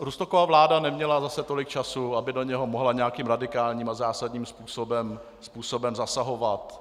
Rusnokova vláda neměla zase tolik času, aby do něj mohla nějakým radikálním a zásadním způsobem zasahovat.